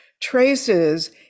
traces